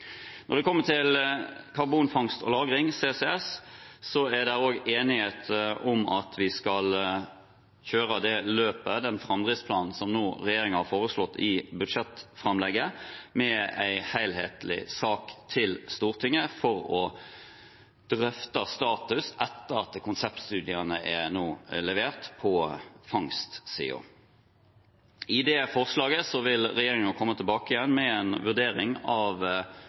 Når det gjelder karbonfangst og -lagring, CCS, er det også enighet om at vi skal kjøre det løpet – den framdriftsplanen – som regjeringen nå har foreslått i budsjettframlegget, med en helhetlig sak til Stortinget for å drøfte status etter at konseptstudiene nå er levert på fangstsiden. I det forslaget vil regjeringen komme tilbake med en vurdering av